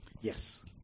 Yes